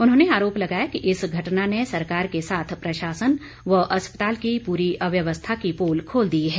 उन्होंने आरोप लगाया कि इस घटना ने सरकार के साथ प्रशासन व अस्पताल की पूरी अव्यवस्था की पोल खोल दी है